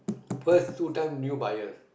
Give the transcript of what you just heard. first two time new buyer